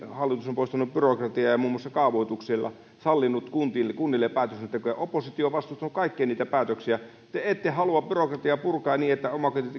hallitus on poistanut byrokratiaa ja muun muassa sallinut kunnille päätöksentekoa kaavoituksilla oppositio on vastustanut kaikkia niitä päätöksiä te ette halua byrokratiaa purkaa niin että